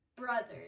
Brothers